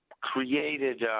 created